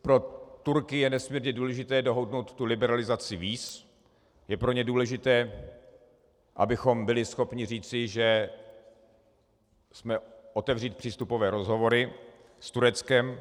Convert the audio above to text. Pro Turky je nesmírně důležité dohodnout liberalizaci víz, je pro ně důležité, abychom byli schopni říci, že otevřít přístupové rozhovory s Tureckem.